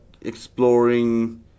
exploring